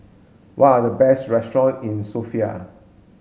what are the best restaurants in Sofia